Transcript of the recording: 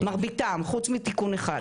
מרביתם, חוץ מתיקון אחד.